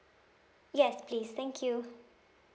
yes please thank you